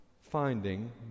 Finding